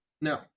Now